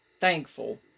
thankful